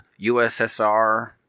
USSR